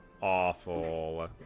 awful